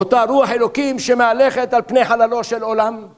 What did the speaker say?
אותה רוח אלוקים שמהלכת על פני חללו של עולם.